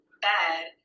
bad